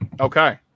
Okay